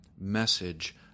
message